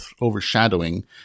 overshadowing